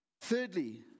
Thirdly